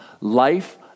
life